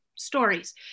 stories